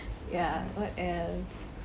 ya what else